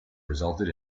resulted